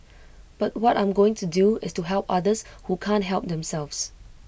but what I'm going to do is to help others who can't help themselves